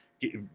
get